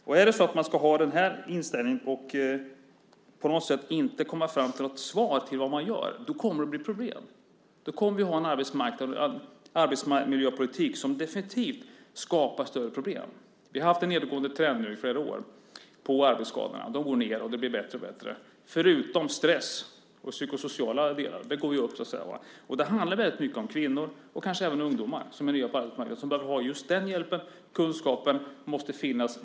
Ska man ha den här inställningen och inte komma fram till något svar när det gäller vad man gör kommer det att bli problem. Då kommer vi att ha en arbetsmiljöpolitik som definitivt skapar större problem. Vi har haft en nedåtgående trend i flera år vad gäller arbetsskadorna. De går ned, och det blir bättre och bättre förutom när det gäller stress och psykosociala delar. Där går det upp. Och det handlar väldigt mycket om kvinnor och kanske även om ungdomar som är nya på arbetsmarknaden, som behöver ha just den här hjälpen. Kunskapen måste finnas.